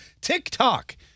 TikTok